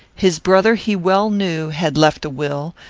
his brother he well knew had left a will,